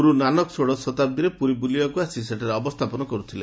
ଗୁରୁ ନାନକ ଷୋଡଶ ଶତାଦୀରେ ପୁରୀ ବୁଲିବାକୁ ଆସି ସେଠାରେ ଅବସ୍ଥାନ କରୁଥିଲେ